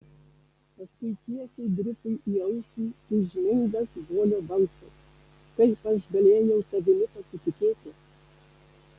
paskui tiesiai grifui į ausį tūžmingas bolio balsas kaip aš galėjau tavimi pasitikėti